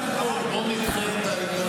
בואו נדחה את העניין הזה.